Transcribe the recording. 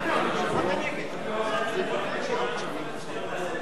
הצעת חוק גיל הנישואין (תיקון,